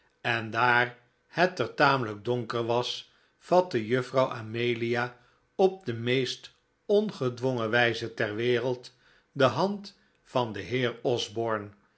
en daar het er tamelijk donker was vatte juffrouw amelia op de meest ongedwongen wijze ter wereld de hand van den heer osborne